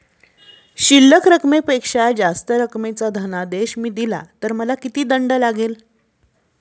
शिल्लक रकमेपेक्षा जास्त रकमेचा धनादेश मी दिला तर मला किती दंड लागेल?